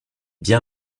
bien